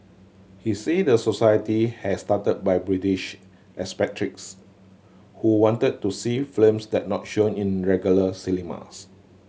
he said the society has started by British expatriates who wanted to see films that not shown in regular cinemas